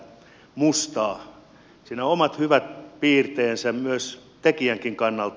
siinä on omat hyvät piirteensä myös tekijän kannalta